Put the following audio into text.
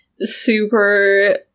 super